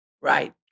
right